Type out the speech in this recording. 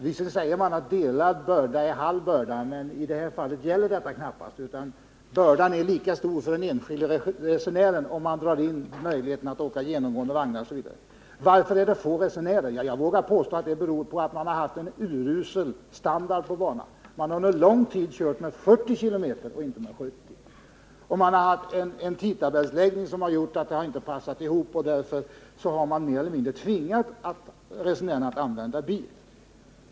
Visserligen sägs det att delad börda är halv börda, men i det här fallet gäller detta knappast, utan bördan är lika stor för den enskilde resenären, om man drar in möjligheten att åka i genomgående vagnar osv. Varför är det få resenärer? Jag vågar påstå att det beror på att man har haft en urusel standard på banan. Man har under lång tid kört med 40 km tim, och man har haft en tidtabellsläggning som har gjort att turerna på de olika delsträckorna inte har passat ihop, och därigenom har man mer eller mindre tvingat resenärerna att använda bil.